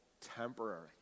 temporary